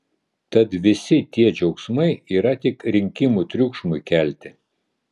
tad visi tie džiaugsmai yra tik rinkimų triukšmui kelti